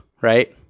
right